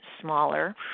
smaller